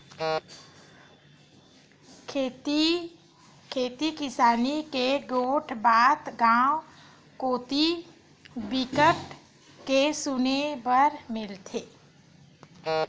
खेती किसानी के गोठ बात गाँव कोती बिकट के सुने बर मिलथे